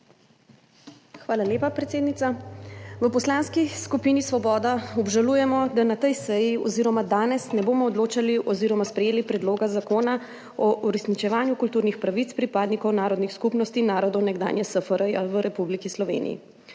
Hvala lepa, predsednica. V Poslanski skupini Svoboda obžalujemo, da na tej seji oziroma danes ne bomo odločali oziroma sprejeli Predloga zakona o uresničevanju kulturnih pravic pripadnikov narodnih skupnosti narodov nekdanje SFRJ v Republiki Sloveniji,